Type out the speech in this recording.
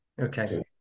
okay